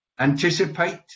Anticipate